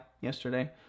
yesterday